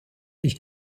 ich